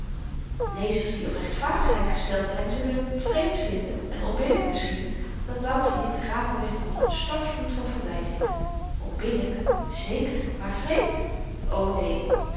lezers die op rechtvaardigheid gesteld zyn zullen t vreemd vinden en onbillyk misschien dat wouter hier begraven werd onder n stortvloed van verwytingen onbillyk zeker maar vreemd o neen